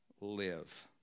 live